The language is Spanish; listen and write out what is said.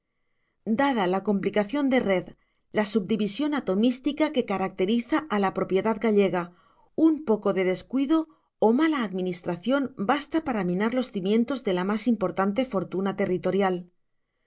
dada la complicación de red la subdivisión atomística que caracteriza a la propiedad gallega un poco de descuido o mala administración basta para minar los cimientos de la más importante fortuna territorial